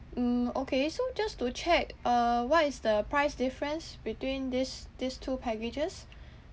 mm okay so just to check uh what is the price difference between these these two packages